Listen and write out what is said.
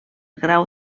grau